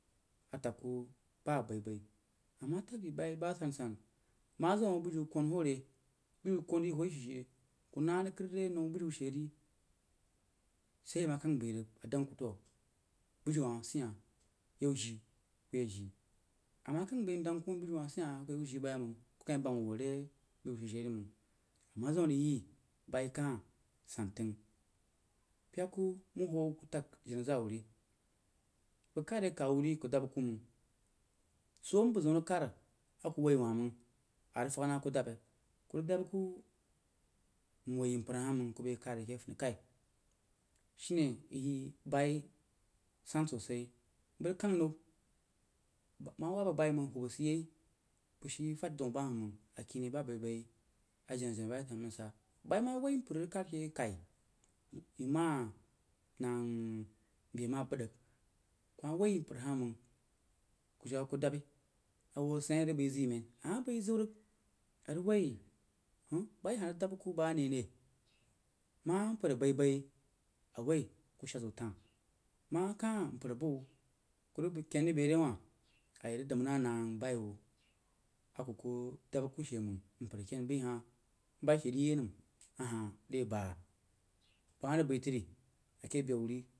A təg ku ba bai-bai a ma təg di bayi ba asan-san ma zim a bujiu kwən huoh re bujiu kwən di hwoh yi sid she kuh na rig kad re nau bujiu she ri sai ama kəng bai rig a dəng ku toh bujiu hah sid hah yəu jii ba wu ya jii a ma kəng bai mdəng ku bujiu sid hah beya jii bam yai məng kuyi kah bəng voh re bujiu she yei məng, a ma zam a rig yi bayi kah san təng pyək kuh mau huoh təg jenna-zari wuri bəg kad re kawu ri bəg dabba aku məng soo a mpər, zeun rig khad a ku woi wah məng a rig fəg nah a ku dabba ye, ku rig dabba aku mwoi mpər hah məng ku bai khad ke funni kai shine yi bayi san sosai, bəg rig kang nau ma wabba bayi məng hubba sid yei bəg shií fad daun ba hah məng akini bah bau-bai a jen-jenna ba re təm rig sa bayi ma woi mpər rig kad ke kai yi ma nəng beh ma bad rig ku ma woi mpalr huh məng ku jək aku dabbi awuh asein a rig bai ziu mein, ama bai ziu rig a woi huh, bayi hah rig dabba aku bək a neh re kah mpər bəg wuh ku ken rig bai re wah a yi rig dam na nəng bayi wuh aku-kuoh dabba aku shee rəg mpər a kein bai hah bayi she rig yi nəm a shee re bah ku ma rig bai tri ake.